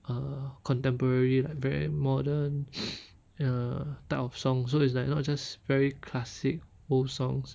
err contemporary like very modern uh type of songs so it's like not just very classic old songs